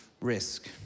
risk